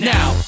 Now